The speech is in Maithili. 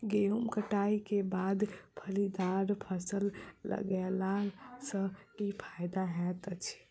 गेंहूँ कटाई केँ बाद फलीदार फसल लगेला सँ की फायदा हएत अछि?